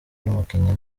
numukinnyi